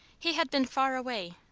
he had been far away,